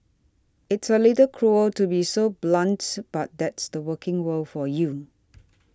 it's a little cruel to be so blunts but that's the working world for you